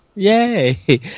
Yay